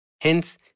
Hence